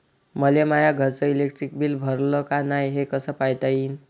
मले माया घरचं इलेक्ट्रिक बिल भरलं का नाय, हे कस पायता येईन?